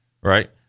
right